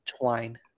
twine